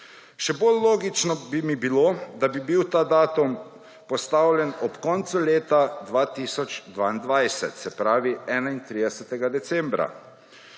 Še bolj logično bi mi bilo, da bi bil ta datum postavljen ob koncu leta 2022, se pravi 31. decembra.